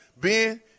Ben